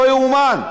לא יאומן.